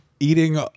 Eating